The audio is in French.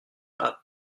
pas